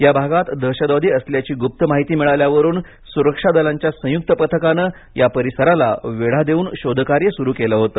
या भागात दहशतवादी असल्याची गुप्त माहिती मिळाल्यावरुन सुरक्षा दलांच्या संयुक्त पथकानं या परिसराला वेढा देऊन शोध कार्य सुरु केलं होतं